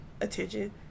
attention